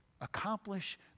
accomplish